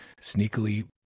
sneakily